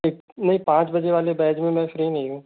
नहीं पाँच बजे वाले बैच में मैं फ्री नहीं हूँ